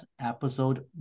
episode